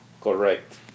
Correct